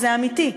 זה אמיתי,